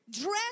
dress